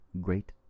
great